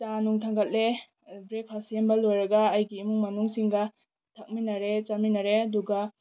ꯆꯥ ꯅꯨꯡ ꯊꯥꯡꯒꯠꯂꯦ ꯕ꯭ꯔꯦꯛꯐꯥꯁ ꯁꯦꯝꯕ ꯂꯣꯏꯔꯒ ꯑꯩꯒꯤ ꯏꯃꯨꯡ ꯃꯅꯨꯡꯁꯤꯡꯒ ꯊꯛꯃꯤꯟꯅꯔꯦ ꯆꯥꯃꯤꯟꯅꯔꯦ ꯑꯗꯨꯒ